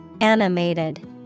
Animated